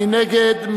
מי נגד?